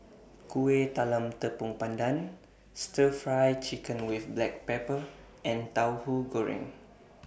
Kuih Talam Tepong Pandan Stir Fry Chicken with Black Pepper and Tauhu Goreng